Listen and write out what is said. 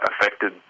affected